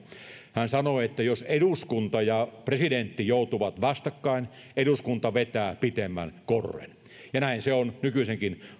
hän sanoi että jos eduskunta ja presidentti joutuvat vastakkain eduskunta vetää pitemmän korren ja näin se on nykyisenkin